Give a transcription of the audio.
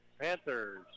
Panthers